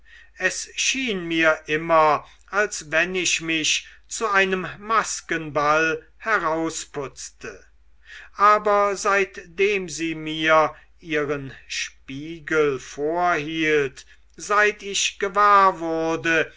es schien mir immer als wenn ich mich zu einem maskenball herausputzte aber seitdem sie mir ihren spiegel vorhielt seit ich gewahr wurde